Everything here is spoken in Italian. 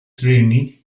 treni